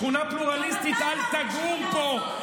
שכונה פלורליסטית: אל תגור פה.